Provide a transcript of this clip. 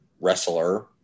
wrestler